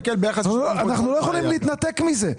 אנחנו לא יכולים להתנתק מזה.